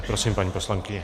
Prosím, paní poslankyně.